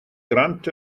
grant